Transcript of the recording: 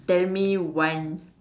tell me one